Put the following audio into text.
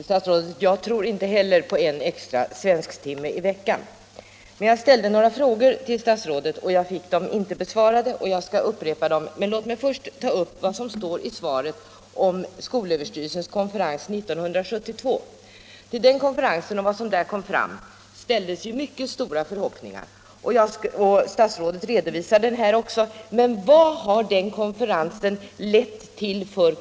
Herr talman! Jag tror inte heller, fru statsråd, på en extra svensktimme i veckan. Jag ställde några frågor till statsrådet men fick dem inte besvarade. Jag skall upprepa dem. Men låt mig först ta upp vad som står i svaret om skolöverstyrelsens konferens 1972. Till den konferensen och till vad som där kom fram ställdes ju mycket stora förhoppningar, som statsrådet här också redovisat. Men vilka konkreta förslag har den konferensen lett till?